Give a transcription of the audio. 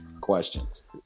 questions